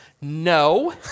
no